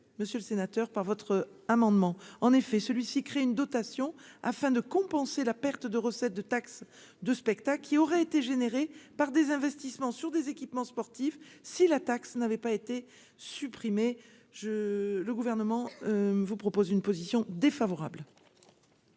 monsieur le sénateur par votre amendement en effet celui-ci crée une dotation afin de compenser la perte de recettes de taxe de spectacle qui aurait été générée par des investissements sur des équipements sportifs si la taxe n'avait pas été supprimé je le gouvernement vous propose une position défavorable.